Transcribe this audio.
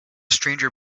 stranger